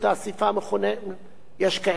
יש כאלה שחולקים על זה.